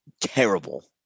terrible